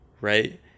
right